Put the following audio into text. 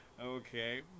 Okay